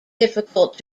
difficult